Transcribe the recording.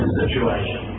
situation